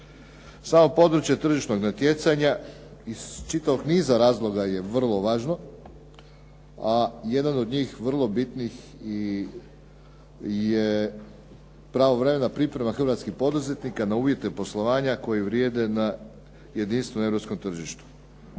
Samo područje tržišnog natjecanja iz čitavog niza razloga je vrlo važno a jedan od njih vrlo bitnih je pravovremena priprema hrvatskih poduzetnika na uvjete poslovanja koji vrijede na jedinstvenom europskom tržištu.